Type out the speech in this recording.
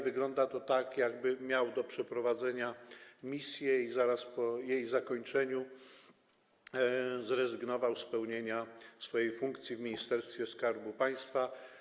Wygląda to tak, jakby miał do przeprowadzenia misję i zaraz po jej zakończeniu zrezygnował z pełnienia swojej funkcji w Ministerstwie Skarbu Państwa.